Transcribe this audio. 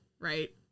right